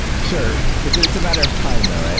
sure. it's it's a matter of time though,